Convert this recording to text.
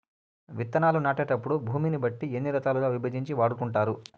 విత్తనాలు నాటేటప్పుడు భూమిని బట్టి ఎన్ని రకాలుగా విభజించి వాడుకుంటారు?